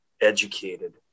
educated